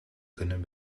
kunnen